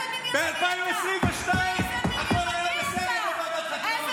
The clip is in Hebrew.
ב-2022 היא לא הייתה פוליטית.